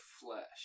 flesh